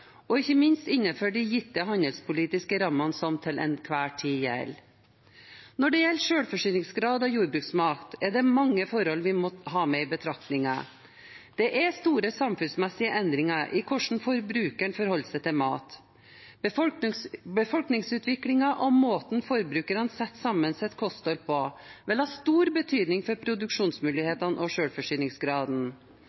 og ikke minst innenfor de gitte handelspolitiske rammene som til enhver tid gjelder. Når det gjelder selvforsyningsgrad av jordbruksmat, er det mange forhold vi må ha med i betraktningen. Det er store samfunnsmessige endringer i hvordan forbrukeren forholder seg til mat. Befolkningsutviklingen og måten forbrukerne setter sammen sitt kosthold på, vil ha stor betydning for